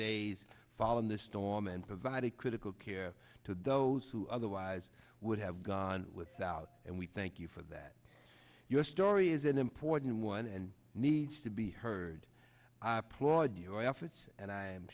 days following the storm and provided critical care to those who otherwise would have gone without and we thank you for that your story is an important one and needs to be heard i applaud your efforts and i